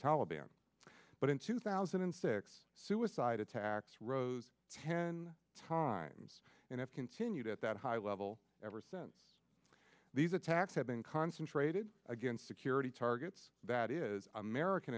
taliban but in two thousand and six suicide attacks rose ten times and have continued at that high level ever since these attacks have been concentrated against security targets that is american